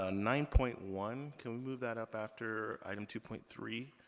ah nine point one, can we move that up after item two point three?